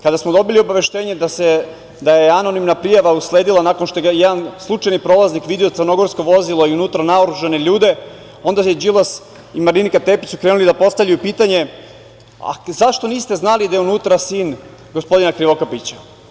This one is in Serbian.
Kada smo dobili obaveštenje da je anonimna prijava usledila nakon što je jedan slučajni prolaznik video crnogorsko vozilo i unutra naoružane ljude onda su Đilas i Marinika Tepić krenuli da postavljaju pitanje – zašto niste znali da je unutra sin gospodina Krivokapića?